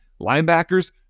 linebackers